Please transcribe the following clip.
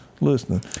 Listening